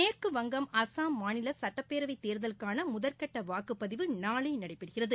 மேற்குவாய்கம் அஸ்ஸாம் மாநில சட்டப்பேரவைத்தேர்தலுக்கான முதற்கட்ட வாக்குப்பதிவு நாளை நடைபெறகிறது